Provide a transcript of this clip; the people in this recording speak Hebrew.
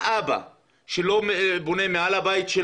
אין פעילות נדל"נית?